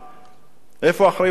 איפה האחריות של הממשלה?